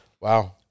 Wow